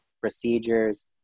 procedures